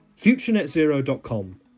FutureNetZero.com